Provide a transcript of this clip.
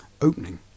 opening